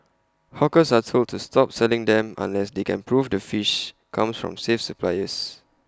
hawkers are told to stop selling them unless they can prove the fish comes from safe suppliers